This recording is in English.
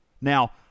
Now